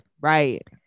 Right